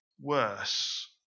worse